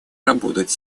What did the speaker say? работать